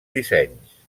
dissenys